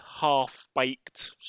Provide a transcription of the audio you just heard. half-baked